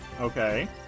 Okay